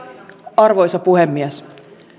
arvoisa puhemies